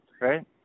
Right